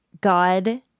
God